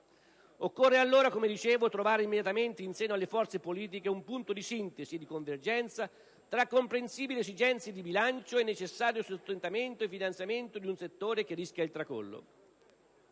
Occorre allora - come dicevo - trovare immediatamente in seno alle forze politiche un punto di sintesi e di convergenza tra comprensibili esigenze di bilancio e necessario sostentamento e finanziamento di un settore che rischia il tracollo.